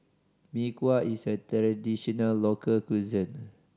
Mee Kuah is a traditional local cuisine